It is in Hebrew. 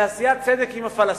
היא עשיית צדק עם הפלסטינים.